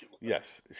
Yes